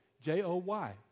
J-O-Y